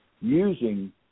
using